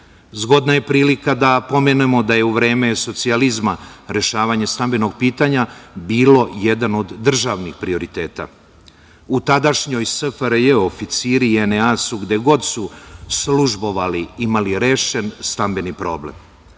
Zgodna je prilika da pomenemo da je u vreme socijalizma rešavanje stambenog pitanja bilo jedan od državnih prioriteta.U tadašnjoj SFRJ oficiri JNA su gde god su službovali imali rešen stambeni problem.